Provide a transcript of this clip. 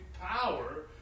power